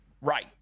Right